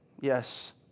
Yes